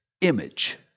image